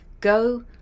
Go